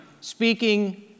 speaking